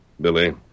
Billy